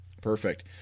Perfect